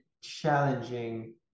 challenging